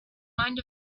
mind